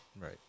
Right